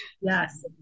Yes